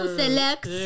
select